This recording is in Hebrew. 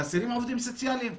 חסרים עובדים סוציאליים?